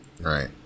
Right